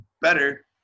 better